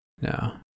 No